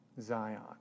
Zion